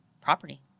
property